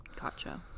gotcha